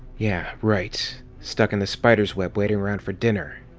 yeah, right. stuck in the spider's web waiting around for dinner.